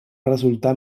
resultar